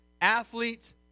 athlete